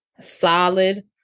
solid